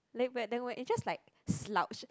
lay back then when it's just like slouch